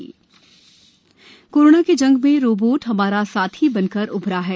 robot corona की जंग में रोबोट हमारा साथी बनकर उभरा है